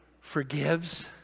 forgives